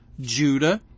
Judah